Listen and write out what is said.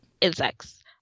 Insects